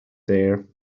there